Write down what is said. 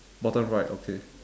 bottom right okay